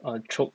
uh choke